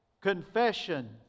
confession